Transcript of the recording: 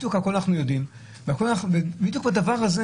בדיוק הכול אנחנו יודעים והכול אנחנו בדיוק בדבר הזה,